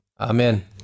Amen